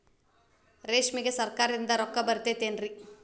ರೇಷ್ಮೆಗೆ ಸರಕಾರದಿಂದ ರೊಕ್ಕ ಬರತೈತೇನ್ರಿ?